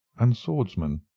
and swordsman.